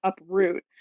uproot